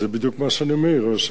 זה בדיוק מה שאני אומר.